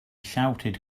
shouted